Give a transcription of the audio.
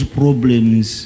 problems